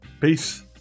Peace